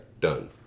Done